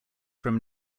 from